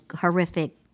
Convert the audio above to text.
horrific